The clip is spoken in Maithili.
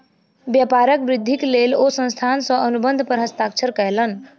व्यापारक वृद्धिक लेल ओ संस्थान सॅ अनुबंध पर हस्ताक्षर कयलैन